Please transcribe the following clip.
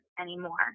anymore